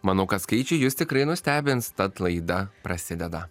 manau kad skaičiai jus tikrai nustebins tad laida prasideda